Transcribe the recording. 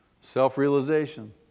Self-realization